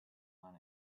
want